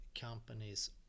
companies